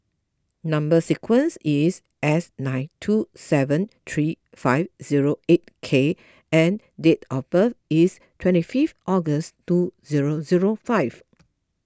Number Sequence is S nine two seven three five zero eight K and date of birth is twenty fifth August two zero zero five